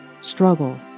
struggle